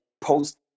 post